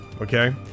okay